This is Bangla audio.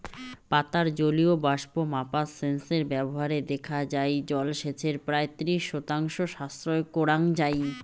পাতার জলীয় বাষ্প মাপার সেন্সর ব্যবহারে দেখা যাই জলসেচের প্রায় ত্রিশ শতাংশ সাশ্রয় করাং যাই